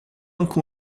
anche